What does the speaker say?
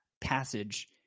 passage